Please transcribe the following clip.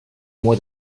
more